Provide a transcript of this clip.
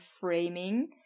framing